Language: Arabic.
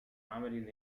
عمل